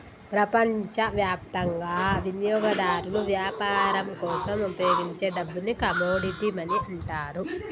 ప్రపంచవ్యాప్తంగా వినియోగదారులు వ్యాపారం కోసం ఉపయోగించే డబ్బుని కమోడిటీ మనీ అంటారు